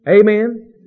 Amen